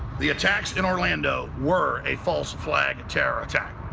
the attacks in orlando were a false-flag terror attack.